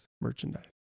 merchandise